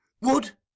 Would